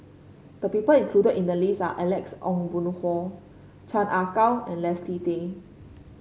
the people included in the list are Alex Ong Boon Hau Chan Ah Kow and Leslie Tay